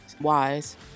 Wise